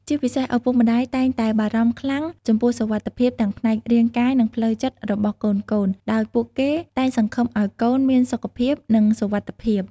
ជាពិសេស ឪពុកម្ដាយតែងតែបារម្ភខ្លាំងចំពោះសុវត្ថិភាពទាំងផ្នែករាងកាយ និងផ្លូវចិត្តរបស់កូនៗ ដោយពួកគេតែងសង្ឃឹមឲ្យកូនមានសុខភាព និងសុវត្ថិភាព។